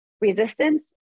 resistance